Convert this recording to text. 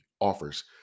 offers